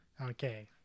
Okay